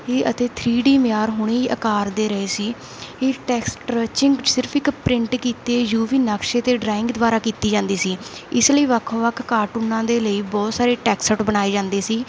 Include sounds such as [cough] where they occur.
ਹੀ ਅਤੇ three D ਮਿਆਰ ਹੁਣੇ ਆਕਾਰ ਦੇ ਰਹੇ ਸੀ ਇਹ ਟੈਕਸਟ [unintelligible] ਸਿਰਫ਼ ਇੱਕ ਪ੍ਰਿੰਟ ਕੀਤੇ ਯੂ ਵੀ ਨਕਸ਼ੇ 'ਤੇ ਡਰਾਇੰਗ ਦੁਬਾਰਾ ਕੀਤੀ ਜਾਂਦੀ ਸੀ ਇਸ ਲਈ ਵੱਖ ਵੱਖ ਕਾਰਟੂਨਾਂ ਦੇ ਲਈ ਬਹੁਤ ਸਾਰੇ ਟੈਕਸਟ ਬਣਾਏ ਜਾਂਦੇ ਸੀ